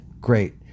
Great